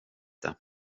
det